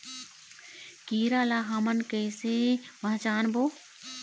कीरा ला हमन कइसे पहचानबो?